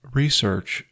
research